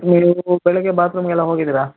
ನೀವು ಬೆಳಗ್ಗೆ ಬಾತ್ರೂಮ್ಗೆಲ್ಲ ಹೋಗಿದ್ದಿರಾ